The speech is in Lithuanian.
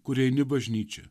kur eini į bažnyčią